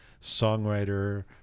songwriter